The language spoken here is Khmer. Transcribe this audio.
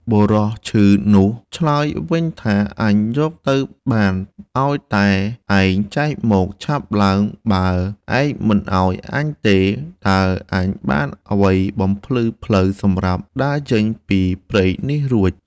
បុរសឈឺនោះឆ្លើយវិញថា "អញយកទៅបាន ឲ្យតែឯងចែកមក ឆាប់ឡើង! បើឯងមិនឲ្យអញទេ តើអញបានអ្វីបំភ្លឺផ្លូវសម្រាប់ដើរចេញពីព្រៃនេះរួច" ។